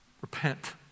Repent